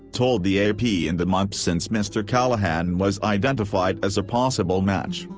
told the a p. in the months since mr. callahan was identified as a possible match,